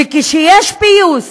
וכשיש פיוס,